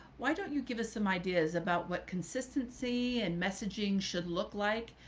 why don't you give us some ideas about what consistency and messaging should look like?